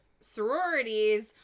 sororities